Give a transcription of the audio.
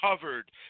covered